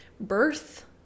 birth